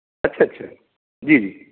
अच्छा अच्छा जी जी